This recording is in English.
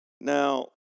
Now